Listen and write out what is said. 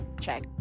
check